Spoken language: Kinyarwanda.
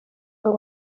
ngo